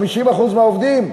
50% מהעובדים,